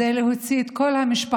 זה להוציא את כל המשפחה